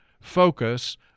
focus